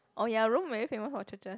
oh ya Rome very famous for churches